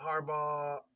Harbaugh